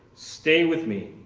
stay with me